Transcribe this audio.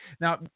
now